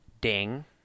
Ding